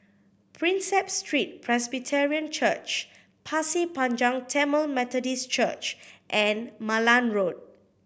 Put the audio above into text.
Prinsep Street Presbyterian Church Pasir Panjang Tamil Methodist Church and Malan Road